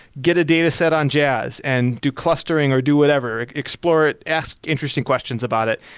get a dataset on jazz and do clustering or do whatever. explore it. ask interesting questions about it.